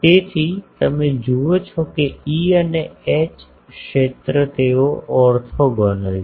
તેથી તમે જુઓ છો કે E અને H ક્ષેત્ર તેઓ ઓર્થોગોનલ છે